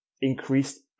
increased